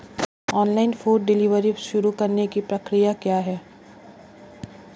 Online food delivery शुरू करने की प्रक्रिया क्या है?